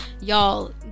y'all